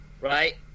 right